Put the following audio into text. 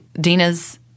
Dina's